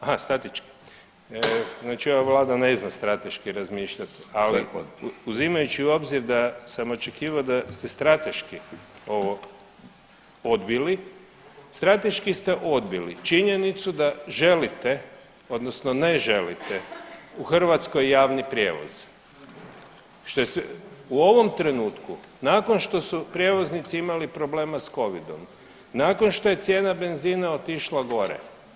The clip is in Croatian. Aha statički, znači ova vlada ne zna strateški razmišljat, ali uzimajući u obzir da sam očekivao da ste strateški ovo odbili, strateški ste odbili činjenicu da želite odnosno ne želite u Hrvatskoj javni prijevoz u ovom trenutku nakon što su prijevoznici imali problema s covidom, nakon što je cijena benzina otišla gore.